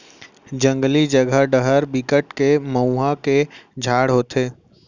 जंगली जघा डहर बिकट के मउहा के झाड़ होथे